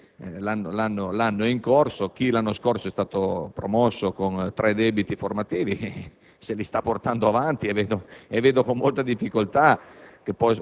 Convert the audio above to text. viene imposto nel breve periodo; l'anno è in corso: chi l'anno scorso è stato promosso con tre debiti formativi